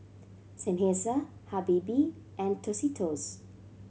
Seinheiser Habibie and Tostitos